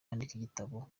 igitabo